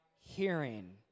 hearing